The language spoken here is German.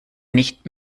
nicht